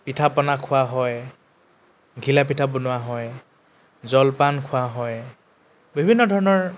পিঠা পনা খোৱা হয় ঘিলাপিঠা বনোৱা হয় জলপান খোৱা হয় বিভিন্ন ধৰণৰ